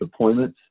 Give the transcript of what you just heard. deployments